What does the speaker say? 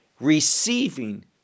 receiving